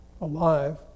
alive